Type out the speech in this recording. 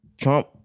Trump